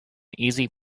easy